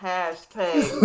Hashtag